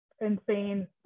insane